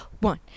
one